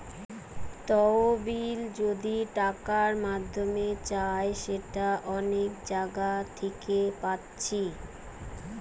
তহবিল যদি টাকার মাধ্যমে চাই সেটা অনেক জাগা থিকে পাচ্ছি